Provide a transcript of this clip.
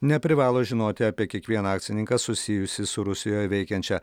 neprivalo žinoti apie kiekvieną akcininką susijusį su rusijoje veikiančia